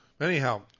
Anyhow